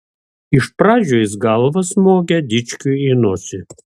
iš pradžių jis galva smogė dičkiui į nosį